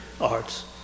arts